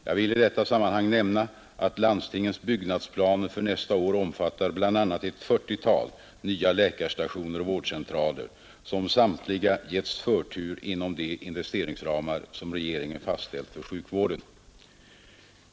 Jag vill i detta sammanhang nämna att landstingens byggnadsplaner för nästa år omfattar bl.a. ett 40-tal nya läkarstationer och vårdcentraler, som samtliga getts förtur inom de investeringsramar som regeringen fastställt för sjukvården.